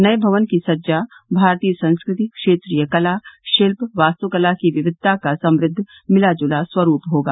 नए भवन की सज्जा भारतीय संस्कृति क्षेत्रीय कला शिल्प वास्तुकला की विविधता का समृद्द मिलाजुला स्वरूप होगा